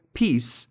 peace